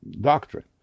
doctrine